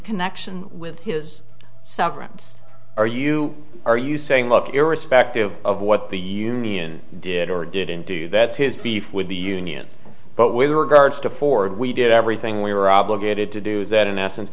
connection with his severance are you are you saying look irrespective of what the union did or didn't do that's his beef with the union but we were guards to ford we did everything we were obligated to do that in essence